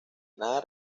nada